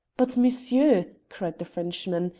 but, monsieur, cried the frenchman,